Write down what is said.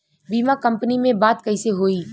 बीमा कंपनी में बात कइसे होई?